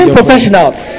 professionals